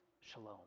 shalom